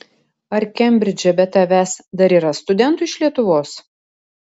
ar kembridže be tavęs dar yra studentų iš lietuvos